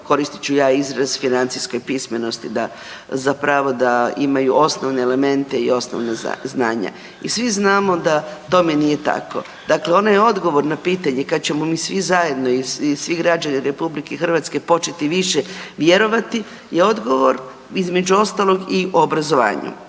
koristit ću ja izraz, financijskoj pismenosti da zapravo da imaju osnovne elemente i osnovna znanja i svi znamo da tome nije tako. Dakle, onaj odgovor na pitanje kad ćemo mi svi zajedno i svi građani RH početi više vjerovati je odgovor između ostalog i u obrazovanju.